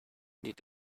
need